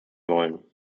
wollen